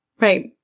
Right